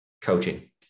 coaching